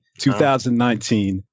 2019